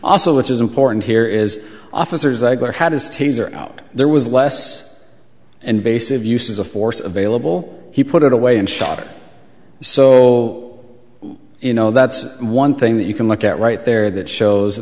also which is important here is officers had his taser out there was less invasive uses of force of vailable he put it away and shot it so you know that's one thing that you can look at right there that shows